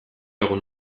egon